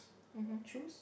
(uh huh) truth